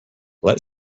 let